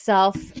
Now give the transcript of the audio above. Self